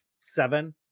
seven